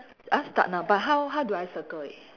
uh start now but how how do I circle it